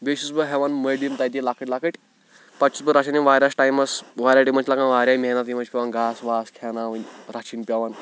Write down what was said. بیٚیہِ چھُس بہٕ ہٮ۪اون مٔلۍ تتہِ یِم لۄکٕٹۍ لۄکٕٹۍ پَتہٕ چھُس بہٕ رَچھان یِم واریاہَس ٹایمَس واریاہ یِمن چھِ لگان واریاہ محنت یِمن چھُ پیوان گاسہٕ واسہٕ کھٮ۪اناوٕنۍ رَچھٕنۍ پیوان